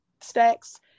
stacks